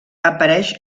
apareix